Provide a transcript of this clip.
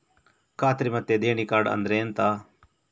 ಖಾತ್ರಿ ಮತ್ತೆ ದೇಣಿ ಕಾರ್ಡ್ ಅಂದ್ರೆ ಎಂತ?